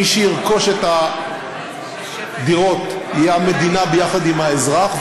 מי שירכוש את הדירות זה המדינה יחד עם האזרח,